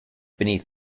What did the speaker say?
beneath